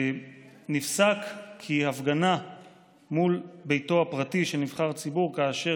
נפסק כי הפגנה מול ביתו הפרטי של נבחר ציבור אשר